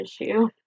issue